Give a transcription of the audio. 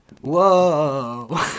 Whoa